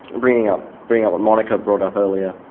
bringing up bringing up what monica brought up earlier,